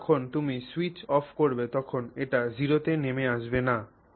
কেবল যখন তুমি switch off করবে তখন এটি 0 তে নেমে আসবে না